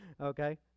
okay